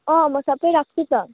अँ म सबै राख्छु त